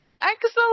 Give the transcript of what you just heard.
Excellent